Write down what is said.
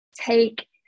take